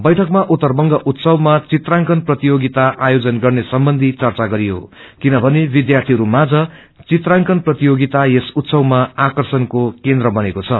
बैठकमा उत्तर बंग उत्सवमा चित्रांकन प्रतियोगिता आयोजन गर्ने सम्बन्धि चच्चा गरियो किनभने विध्यार्यीहरू माझ चित्राकंन प्रतियोगिता यस उत्सवमा आर्कषणको केन्द्र बनेको छ